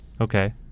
Okay